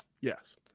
Yes